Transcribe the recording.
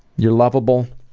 you're lovable,